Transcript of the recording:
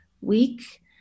week